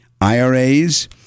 IRAs